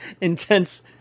intense